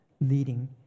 leading